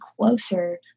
closer